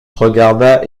regarda